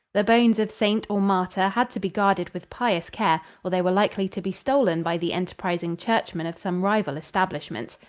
the bones of saint or martyr had to be guarded with pious care or they were likely to be stolen by the enterprising churchmen of some rival establishment.